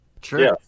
True